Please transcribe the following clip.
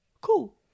cool